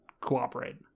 cooperate